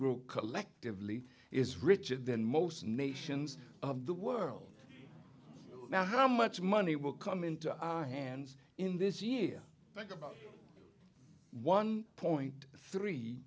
o collectively is richer than most nations of the world now how much money will come into our hands in this year think about one point three